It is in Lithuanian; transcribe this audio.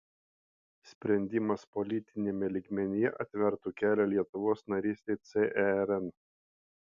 sprendimas politiniame lygmenyje atvertų kelią lietuvos narystei cern